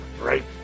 Right